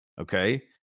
Okay